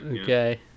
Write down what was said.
Okay